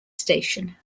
station